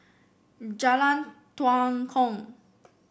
Jalan Tua Kong